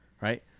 Right